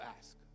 ask